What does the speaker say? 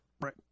Right